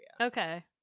Okay